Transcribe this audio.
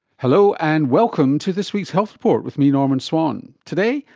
hello, and welcome to this week's health report with me, norman swan. today,